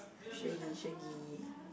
shaggy shaggy